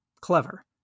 clever